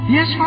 Yes